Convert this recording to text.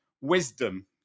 wisdom